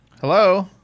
Hello